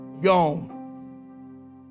Gone